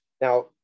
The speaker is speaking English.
Now